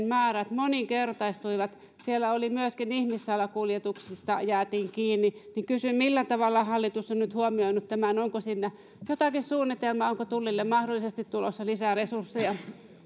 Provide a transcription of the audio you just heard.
määrät moninkertaistuivat siellä myöskin ihmissalakuljetuksista jäätiin kiinni kysyn millä tavalla hallitus on nyt huomioinut tämän onko sillä jotakin suunnitelmaa onko tullille mahdollisesti tulossa lisää resursseja